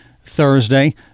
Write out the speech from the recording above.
Thursday